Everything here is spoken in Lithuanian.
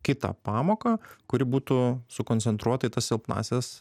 kitą pamoką kuri būtų sukoncentruota į tas silpnąsias